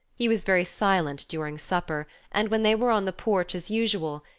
he was very silent during supper and when they were on the porch as usual,